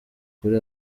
kuri